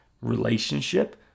Relationship